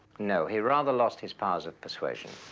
no he rather lost his powers of persuasion.